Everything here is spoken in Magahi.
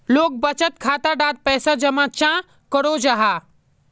लोग बचत खाता डात पैसा जमा चाँ करो जाहा?